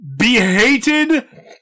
behated